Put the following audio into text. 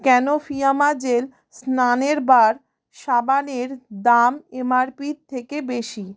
কেন Fiama gel স্নানের বার সাবানের দাম এমআরপির থেকে বেশি